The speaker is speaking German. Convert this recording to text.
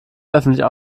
öffentlich